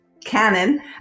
canon